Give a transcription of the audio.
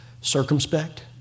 Circumspect